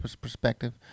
perspective